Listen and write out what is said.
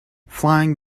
flying